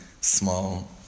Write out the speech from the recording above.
small